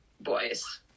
boys